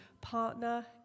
partner